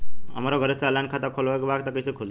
हमरा घरे से ऑनलाइन खाता खोलवावे के बा त कइसे खुली?